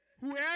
Whoever